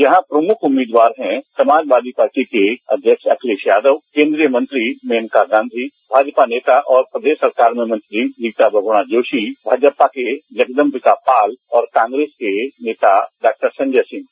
यहां प्रमुख उम्मीदवार हैं समाजवादी पार्टी के अध्यक्ष अखिलेश यादव केन्द्रीय मंत्री मेनका गांधी भाजपा नेता और प्रदेश सरकार में मंत्री रीता बहगुणा जोशी भाजपा के जगदबिका पाल और कांग्रेस के नेता डॉ संजय सिंह